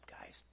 guys